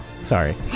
sorry